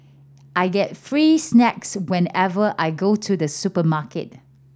I get free snacks whenever I go to the supermarket